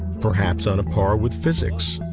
perhaps on a par with physics,